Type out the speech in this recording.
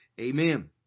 Amen